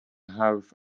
have